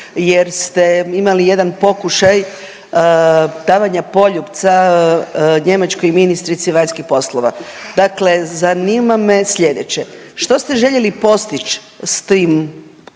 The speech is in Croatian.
jer ste imali jedan pokušaj davanja poljupca njemačkoj ministrici vanjskih poslova. Dakle, zanima me slijedeće. Što ste željeli postići s tim